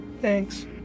thanks